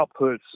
outputs